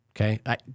Okay